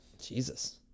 Jesus